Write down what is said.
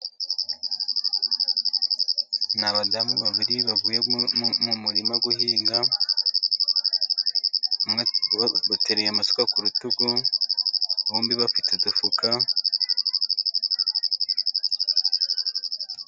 Ni abadamu babiri bavuye mu murima guhinga, bateruye amasuka ku rutugu, bombi bafite udufuka.